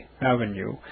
Avenue